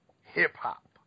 hip-hop